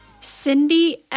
Cindy